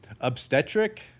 Obstetric